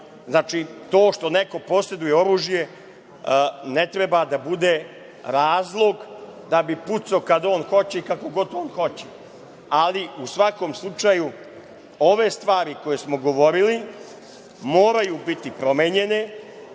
radi. Znači, to što neko poseduje oružje ne treba da bude razlog da bi pucao kad on hoće i kako god on hoće, ali u svakom slučaju, ove stvari koje smo govorili moraju biti promenjene